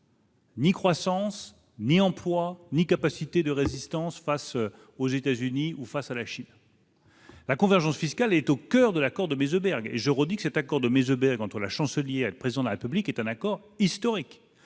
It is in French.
Ni croissance ni emploi ni capacité de résistance face aux États-Unis où face à la Chine. La convergence fiscale est au coeur de l'accord de Meseberg je redis que cet accord de Meseberg entre la chancelière, président de la République est un accord historique,